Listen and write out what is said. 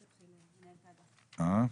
בבקשה.